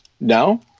No